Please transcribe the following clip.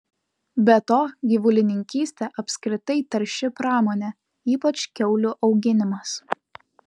be to gyvulininkystė apskritai tarši pramonė ypač kiaulių auginimas